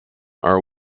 are